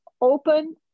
open